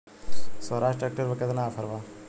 सोहराज tractor पर केतना offer बा?